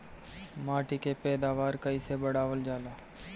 माटी के पैदावार कईसे बढ़ावल जाला?